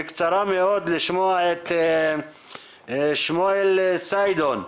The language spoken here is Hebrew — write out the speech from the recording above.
בקצרה מאוד, לשמוע את שמואל סיידון,